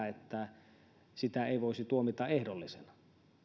että sitä ei voisi tuomita ehdollisena